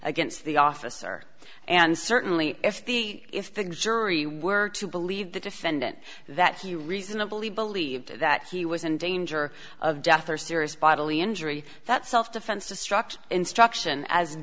against the officer and certainly if the if the jury were to believe the defendant that he reasonably believed that he was in danger of death or serious bodily injury that self defense destruction instruction as